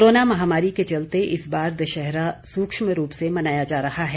corona महामारी के चलते इस बार दशहरा सूक्ष्म रूप से मनाया जा रहा है